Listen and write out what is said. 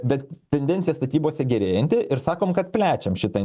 bet tendencija statybose gerėjanti ir sakom kad plečiam šitą